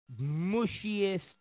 mushiest